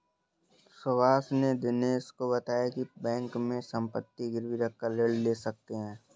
सुभाष ने दिनेश को बताया की बैंक में संपत्ति गिरवी रखकर ऋण ले सकते हैं